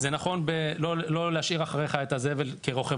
זה נכון כמו שאומרים לא להשאיר אחריך את הזבל כרוכב